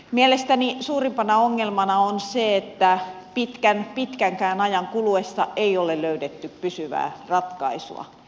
mielestäni suurimpana ongelmana on se että pitkänkään ajan kuluessa ei ole löydetty pysyvää ratkaisua